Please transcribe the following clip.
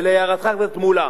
ולהערתך, חבר הכנסת מולה,